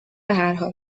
بحرحال